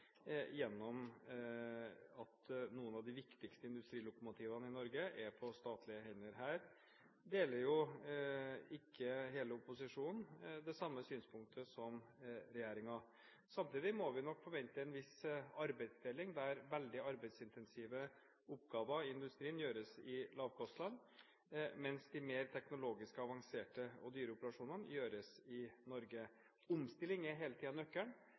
gjennom at noen av de viktigste industrilokomotivene i Norge er på statlige hender. Her deler ikke hele opposisjonen det samme synspunktet som regjeringen har. Samtidig må vi nok forvente en viss arbeidsdeling, der veldig arbeidsintensive oppgaver i industrien gjøres i lavkostland, mens de mer teknologisk avanserte og dyre operasjonene gjøres i Norge. Omstilling er hele tiden nøkkelen